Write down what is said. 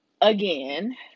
again